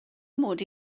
mod